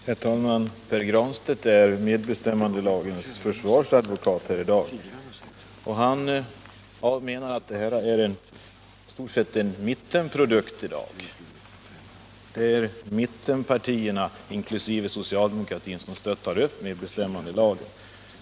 Herr talman! Pär Granstedt är medbestämmandelagens försvarsadvokat i dag och menar att den i stort sett är en mittenprodukt. Det är mittenpartierna inkl. socialdemokratin som stöttar upp medbestämmandelagen.